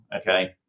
okay